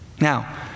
Now